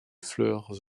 fleurs